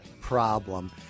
problem